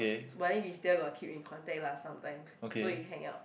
but then we still got keep in contact lah sometimes so we hang out